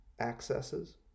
accesses